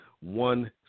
One